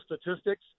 statistics